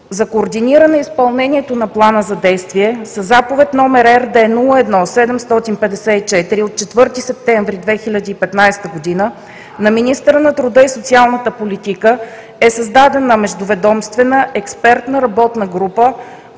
За координиране изпълнението на Плана за действие, със Заповед № РД-01-754 от 4 септември 2015 г. на министъра на труда и социалната политика е създадена Междуведомствена експертна работна група,